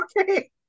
okay